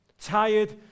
tired